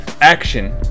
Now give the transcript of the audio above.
action